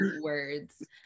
words